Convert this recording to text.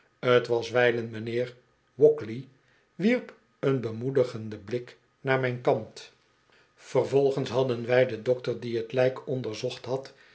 was wijlen mijnheer wakley wierp een bemoedigenden blik naar mijn kant vervolgens hadden wy den dokter die t lijk onderzocht had